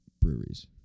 breweries